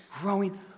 growing